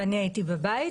ואני הייתי בבית.